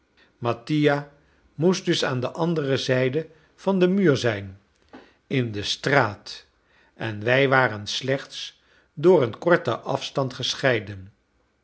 mattia moest dus aan de andere zijde van den muur zijn in de straat en wij waren slechts door een korten afstand gescheiden